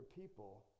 people